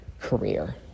career